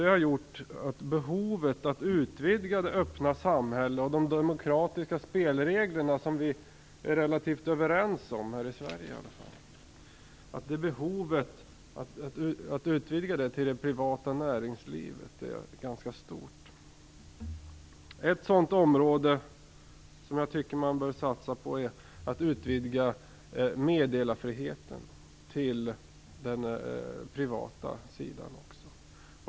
Det har gjort att behovet av att utvidga den öppenhet i samhället och de demokratiska spelregler som vi är relativt överens om här i Sverige till att omfatta även det privata näringslivet är ganska stort. Ett område som jag tycker att man bör satsa på, är att utvidga meddelarfriheten till den privata sidan.